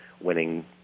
winning